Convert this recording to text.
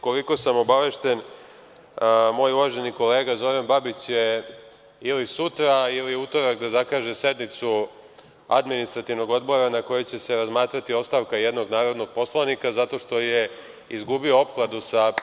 Koliko sam obavešten, moj uvaženi kolega Zoran Babić će ili sutra ili u utorak da zakaže sednicu Administrativnog odbora na kojoj će se razmatrati ostavka jednog narodnog poslanika zato što je izgubio opkladu sa predsednikom Vlade Republike Srbije…